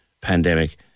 pandemic